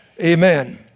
Amen